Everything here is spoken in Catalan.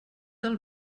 del